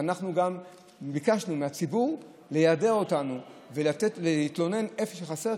ואנחנו גם ביקשנו מהציבור ליידע אותנו ולהתלונן איפה שחסר,